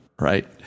Right